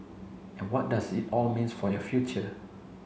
and what does it all means for your future